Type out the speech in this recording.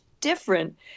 different